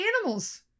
Animals